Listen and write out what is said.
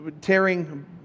tearing